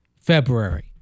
February